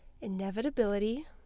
Inevitability